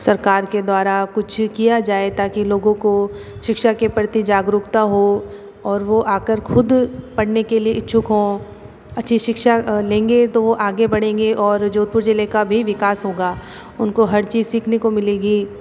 सरकार के द्वारा कुछ किया जाए ताकि लोगों को शिक्षा के प्रति जागरूकता हो और वो आकर खुद पढ़ने के लिए इक्षुक हों अच्छी शिक्षा लेंगे तो आगे बढ़ेंगे और जोधपुर जिले का भी विकास होगा उनको हर चीज सीखने को मिलेगी